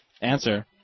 answer